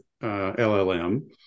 LLM